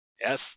Yes